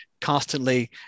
constantly